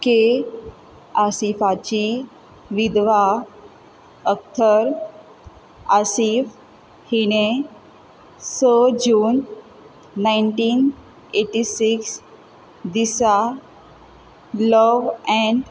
K आसिफाची विधवा अक्थर आसीफ हिणें स जून नायनटीन एटी सिक्स दिसा लव एन्ड